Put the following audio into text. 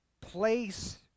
place